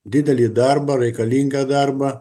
didelį darbą reikalingą darbą